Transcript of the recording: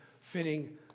fitting